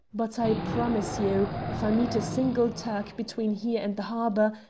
but i promise you, if i meet a single turk between here and the harbour,